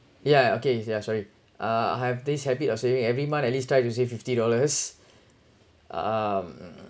yeah yeah okay yeah sorry uh have this habit of saving every month at least try to save fifty dollars uh mm